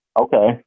Okay